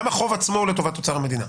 גם החוב עצמו הוא לטובת אוצר המדינה.